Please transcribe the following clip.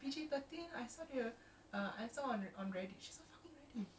bracket in singapore oh okay she knows eh